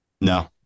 No